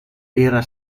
era